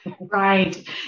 right